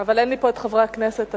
אבל אין לי פה את חברי הכנסת השניים.